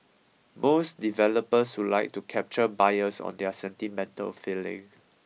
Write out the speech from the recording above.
most developers would like to capture buyers on their sentimental feeling